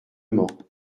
mans